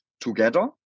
together